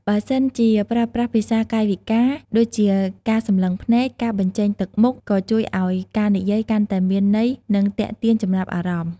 បើសិនជា ប្រើប្រាស់ភាសាកាយវិការ ដូចជាការសម្លឹងភ្នែក ការបញ្ចេញទឹកមុខ ក៏ជួយឱ្យការនិយាយកាន់តែមានន័យ និងទាក់ទាញចំណាប់អារម្មណ៍។